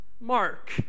mark